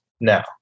now